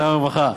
שר הרווחה,